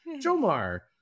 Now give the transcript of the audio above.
Jomar